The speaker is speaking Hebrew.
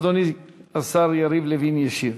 אדוני השר יריב לוין ישיב.